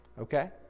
Okay